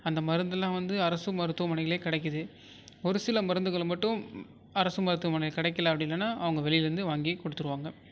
அந்த மருந்தெலாம் வந்து அரசு மருத்துவமனையிலே கிடைக்கிது ஒரு சில மருந்துகளை மட்டும் அரசு மருத்துவமனையில் கிடைக்கல அப்படி என்னென்னா அவங்க வெளிலருந்து வாங்கி கொடுத்துருவாங்க